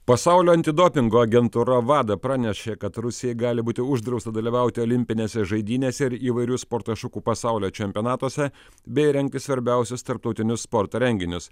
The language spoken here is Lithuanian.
pasaulio antidopingo agentūra wada pranešė kad rusijai gali būti uždrausta dalyvauti olimpinėse žaidynėse ir įvairių sporto šakų pasaulio čempionatuose bei rengti svarbiausius tarptautinius sporto renginius